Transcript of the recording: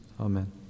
Amen